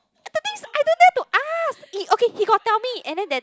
the thing is I don't dare to ask okay he got tell me and then that